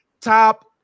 Top